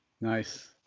Nice